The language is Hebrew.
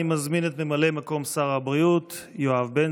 אני מזמין את ממלא מקום שר הבריאות יואב בן